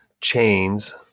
chains